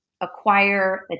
acquire